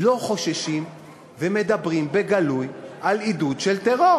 לא חוששים ומדברים בגלוי על עידוד של טרור.